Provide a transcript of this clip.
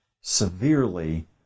severely